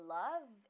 love